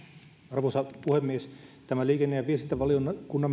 arvoisa puhemies tämä liikenne ja viestintävaliokunnan